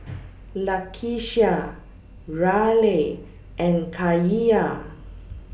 Lakeshia Raleigh and Kaia